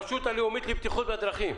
הרשות הלאומית לבטיחות בדרכים.